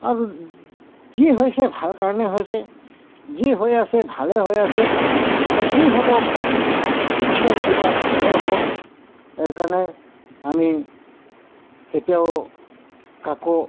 আৰু যি হৈছে ভাল কাৰণে হৈছে যি হৈ আছে ভালে হৈ আছে আৰু যি হ'ব ঈশ্বৰ কৃপাত ভালে হ'ব এইকাৰণে আমি কেতিয়াও কাকো